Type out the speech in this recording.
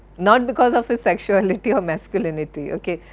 not because of his sexuality or masculinity, ok,